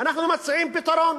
אנחנו מציעים פתרון: